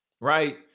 right